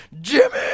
Jimmy